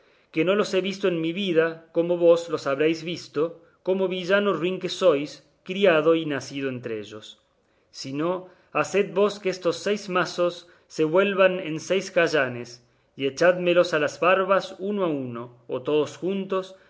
que no los he visto en mi vida como vos los habréis visto como villano ruin que sois criado y nacido entre ellos si no haced vos que estos seis mazos se vuelvan en seis jayanes y echádmelos a las barbas uno a uno o todos juntos